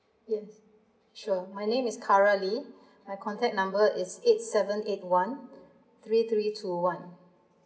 yes sure my name is karlely my contact number is eight seven eight one three three two one